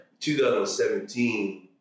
2017